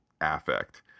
affect